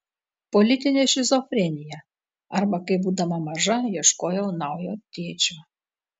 politinė šizofrenija arba kaip būdama maža ieškojau naujo tėčio